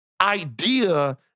idea